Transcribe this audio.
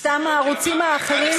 סתם הערוצים האחרים,